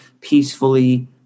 peacefully